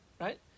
Right